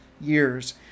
years